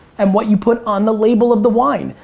and what you put on the label of the wine.